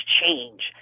change